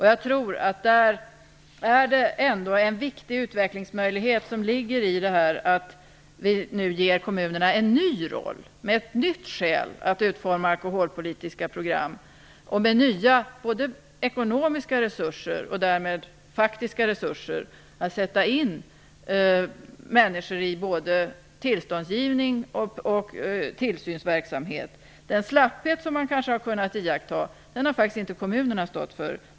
Jag tror att en viktig utvecklingsmöjlighet ligger i att vi nu ger kommunerna en ny roll, med ett nytt skäl att utforma alkoholpolitiska program och med nya både ekonomiska och därmed faktiska resurser att sätta in människor i både tillståndsgivning och tillsynsverksamhet. Den slapphet som man kanske har kunnat iaktta har faktiskt inte kommunerna stått för.